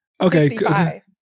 okay